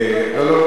תודה רבה.